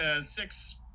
six